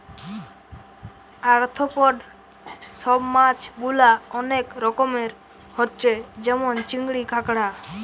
arthropod সব মাছ গুলা অনেক রকমের হচ্ছে যেমন চিংড়ি, কাঁকড়া